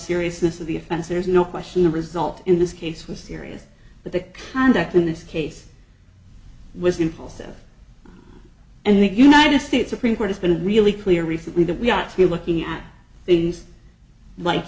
seriousness of the offense there is no question the result in this case was serious but the conduct in this case was in full set and the united states supreme court has been really clear recently that we ought to be looking at things like